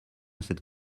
cette